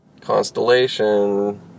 Constellation